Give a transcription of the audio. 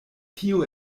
tio